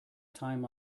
time